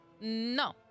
No